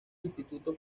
instituto